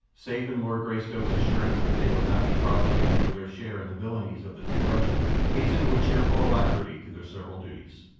safe in lord greystoke's assurance that they would not be prosecuted for their share in the villainies of the two russians, hastened with cheerful alacrity to their several duties.